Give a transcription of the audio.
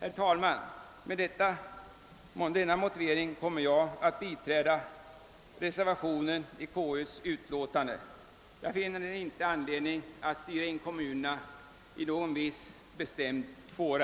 Herr talman! Med denna motivering kommer jag att biträda reservationen i konstitutionsutskottets utlåtande nr 39. Jag finner ingen anledning att styra in kommunerna i någon viss bestämd fåra.